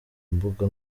mbuga